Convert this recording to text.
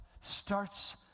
starts